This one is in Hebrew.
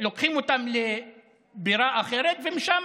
לוקחים אותם לבירה אחרת, ומשם,